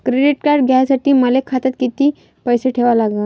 Credit card घ्यासाठी मले खात्यात किती पैसे ठेवा लागन?